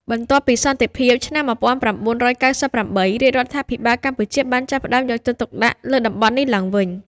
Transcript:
បន្ទាប់ពីសន្តិភាពឆ្នាំ ១៩៩៨ រាជរដ្ឋាភិបាលកម្ពុជាបានចាប់ផ្តើមយកចិត្តទុកដាក់លើតំបន់នេះឡើងវិញ។